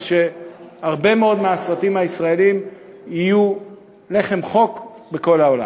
ושרבים מאוד מהסרטים הישראליים יהיו לחם חוק בכל העולם.